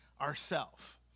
ourself